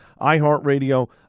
iHeartRadio